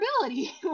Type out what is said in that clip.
ability